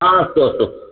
हा अस्तु अस्तु